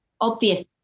obvious